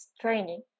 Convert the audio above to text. training